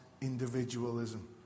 individualism